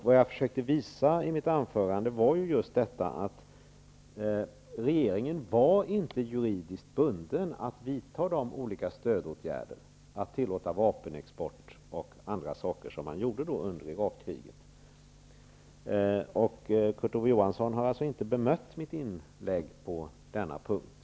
Vad jag försökte visa i mitt anförande var just detta att regeringen inte var juridiskt bunden att vidta de olika stödåtgärderna, att tillåta vapenexport och andra saker som man gjorde under Irakkriget. Kurt Ove Johansson har inte bemött mitt inlägg på denna punkt.